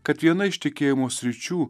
kad viena iš tikėjimo sričių